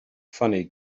funny